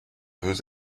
veux